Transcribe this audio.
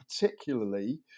particularly